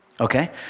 Okay